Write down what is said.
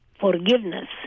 Forgiveness